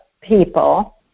people